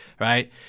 right